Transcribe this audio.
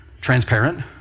transparent